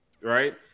right